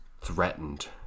threatened